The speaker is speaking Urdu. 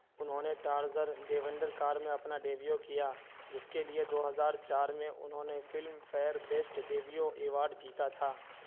انہوں نے ٹارزر دی ونڈر کار میں اپنا ڈیبیو کیا جس کے لیے دو ہزار چار میں انہوں نے Filmfare best debut award جیتا تھا